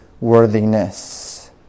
worthiness